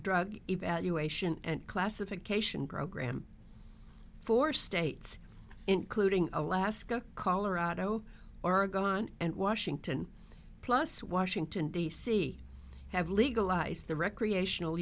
drug evaluation and classification program four states including alaska colorado oregon and washington plus washington d c have legalize the recreational